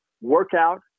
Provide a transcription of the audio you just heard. workout